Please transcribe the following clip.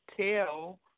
tell